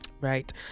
Right